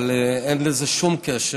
אבל אין לזה שום קשר.